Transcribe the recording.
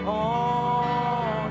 on